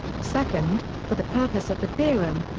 second, for the purpose of the theorem,